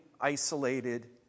isolated